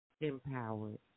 Empowered